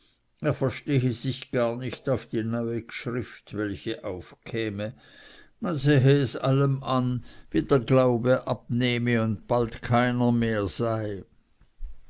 er verstehe sich gar nicht auf die neue gschrift welche aufkäme man sehe es allem an wie der glaube abnehme und bald keiner mehr sei